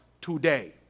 today